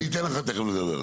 אני אתן לך תיכף לדבר.